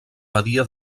badia